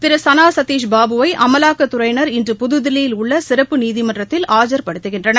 திரு சானா சதிஷ் பாபுவை அமலாக்கத் துறையினா் இன்று புதுதில்லியில் உள்ள சிறப்பு நீதிமன்றத்தில் ஆஜர்படுத்துகின்றனர்